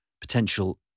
potential